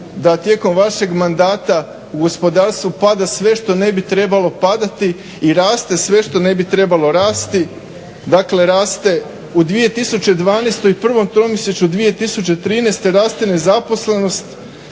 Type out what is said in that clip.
da tijekom vašeg mandata u gospodarstvu pada sve što ne bi trebalo padati i raste sve što ne bi trebalo rasti. Dakle raste u 2012. u prvom tromjesečju 2013. raste nezaposlenost,